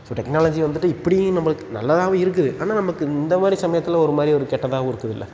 இப்போ டெக்னாலஜி வந்துட்டு இப்படியும் நம்மளுக்கு நல்லதாகவும் இருக்குது ஆனால் நமக்கு இந்த மாதிரி சமயத்தில் ஒரு மாதிரி ஒரு கெட்டதாகவும் இருக்குதில்ல